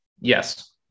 Yes